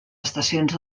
estacions